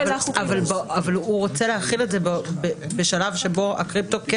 אבל הוא רוצה להרחיב את זה בשלב שבו הקריפטו כן